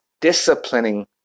disciplining